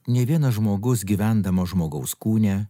nei vienas žmogus gyvendamas žmogaus kūne